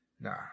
Nah